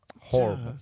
Horrible